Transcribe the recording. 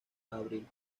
abril